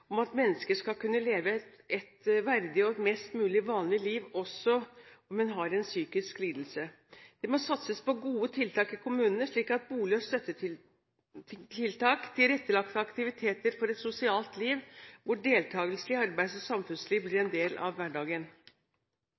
om at mennesker skal kunne leve et verdig og mest mulig vanlig liv også om en har en psykisk lidelse. Det må satses på gode tiltak i kommunene slik at bolig og støttetiltak, tilrettelagte aktiviteter for et sosialt liv hvor deltakelse i arbeids- og samfunnsliv blir en del av hverdagen.